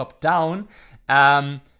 top-down